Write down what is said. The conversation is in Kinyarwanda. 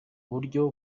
buryo